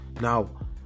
Now